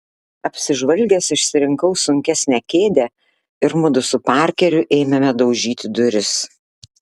apsižvalgęs išsirinkau sunkesnę kėdę ir mudu su parkeriu ėmėme daužyti duris